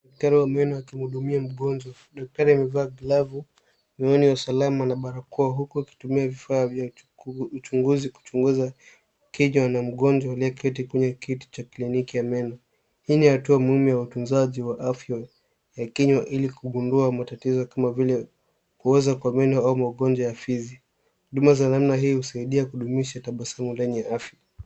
Daktari wa meno akimhudumia mgonjwa. Daktari amevaa glavu na miwani ya usalama na barakoa huku akitumia vifaa vya uchunguzi kuchunguza kinywa na mgonjwa aliyeketi kwenye kiti cha kliniki ya meno. Hii ni hatua muhimu ya watunzaji wa afya ya kinywa ili kugundua matatizo kama vile kuoza kwa meno au magonjwa ya fizi. Huduma za namna hii husaidia kudumisha tabasamu lenye afya.